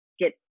get